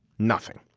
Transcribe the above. nothing.